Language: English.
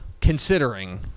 considering